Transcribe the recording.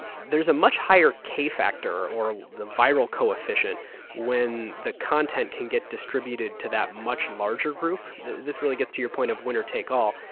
and there's a much higher k-factor or the viral coefficient when the content can get distributed to that much larger group. this really gets to your point of winner take all.